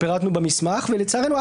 ולצערנו,